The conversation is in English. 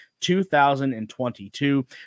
2022